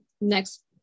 next